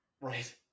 Right